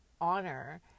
honor